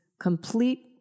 complete